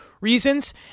reasons